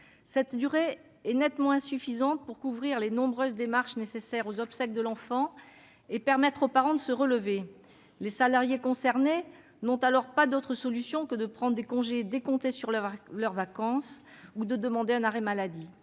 Cette durée est nettement insuffisante pour couvrir les nombreuses démarches nécessaires aux obsèques de l'enfant et permettre aux parents de se relever. Les salariés concernés n'ont alors pas d'autre solution que de prendre des congés décomptés sur leurs vacances ou de demander un arrêt maladie.